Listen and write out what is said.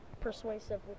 persuasive